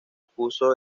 puso